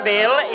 Bill